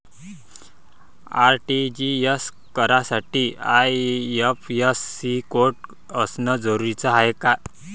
RTGS करासाठी IFSC code असनं जरुरीच हाय का?